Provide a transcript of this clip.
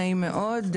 נעים מאוד.